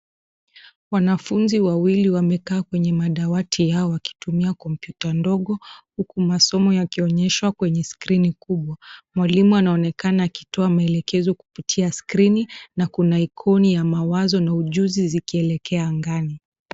Wanafunzi wawili wamekaa kwenye madawati yao wakitumia kompyuta ndogo huku masomo yakionyeshwa kwenye skrini kubwa. Mwalimu anaonekana akitoa maelekezo kupitia skrini na kuna ikoni ya mawazo na ujuzi zikielekea angani.